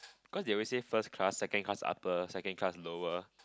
cause they always say first class second class second class upper second class lower